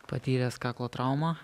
patyręs kaklo traumą